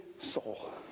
soul